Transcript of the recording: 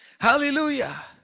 Hallelujah